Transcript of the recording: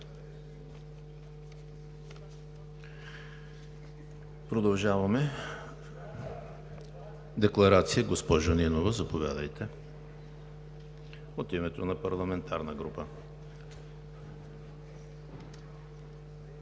Продължаваме с декларация. Госпожо Нинова, заповядайте от името на парламентарна група.